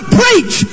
preach